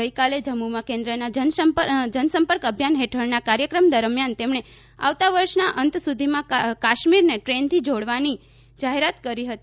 ગઇકાલે જમ્મુમાં કેન્દ્રના જનસંપર્ક અભિયાન હેઠળના કાર્યક્રમ દરમિયાન તેમણે આવતા વર્ષના અંત સુધીમાં કાશ્મીરને ટ્રેનથી જોડવાની જાહેરાત કરી હતી